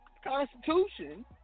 Constitution